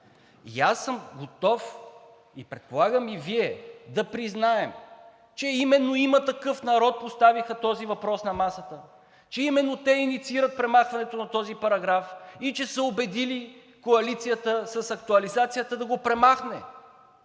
Аз съм готов, предполагам и Вие, да признаем, че именно „Има такъв народ“ поставиха този въпрос на масата, че именно те инициират премахването на този параграф и че са убедили коалицията с актуализацията да го премахне,